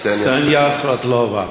קסֵניה סבטלובה.